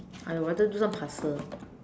I would rather do some puzzle